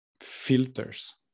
filters